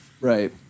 Right